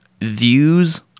views